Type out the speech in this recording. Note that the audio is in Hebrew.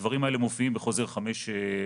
הדברים האלה מופיעים בחוזר 5/17,